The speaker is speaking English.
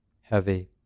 heavy